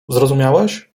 zrozumiałeś